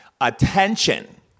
Attention